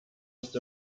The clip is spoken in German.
ist